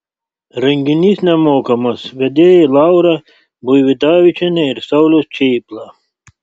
renginys nemokamas vedėjai laura buividavičienė ir saulius čėpla